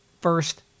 first